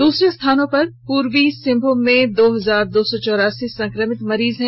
दूसरे स्थान पर पूर्वी सिंहभूम में दो हजार दो सौ चौरासी संक्रमित मरीज मिले हैं